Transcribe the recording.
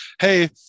hey